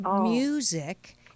music